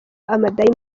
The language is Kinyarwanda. amadayimoni